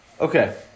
Okay